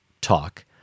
talk